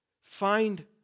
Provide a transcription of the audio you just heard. Find